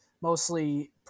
mostly